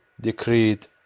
decreed